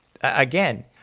again